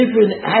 different